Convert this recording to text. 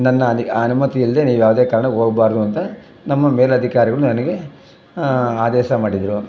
ನನ್ನ ಅನಿ ಅನುಮತಿ ಇಲ್ಲದೆ ನೀವು ಯಾವುದೇ ಕಾರಣಕ್ಕೂ ಹೋಗ್ಬಾರ್ದು ಅಂತ ನಮ್ಮ ಮೇಲಾಧಿಕಾರಿಗಳು ನನಗೆ ಆದೇಶ ಮಾಡಿದರು